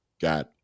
got